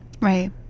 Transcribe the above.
Right